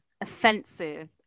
offensive